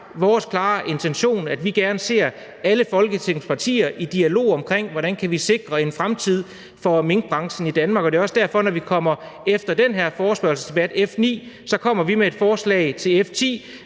vores klare intention, at vi gerne ser alle Folketingets partier i dialog om, hvordan vi kan sikre en fremtid for minkbranchen i Danmark. Det er også derfor, at vi, når den her forespørgselsdebat, F 9, er færdig, kommer med et forslag til